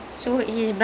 mm